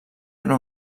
era